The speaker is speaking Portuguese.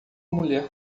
mulher